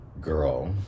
girl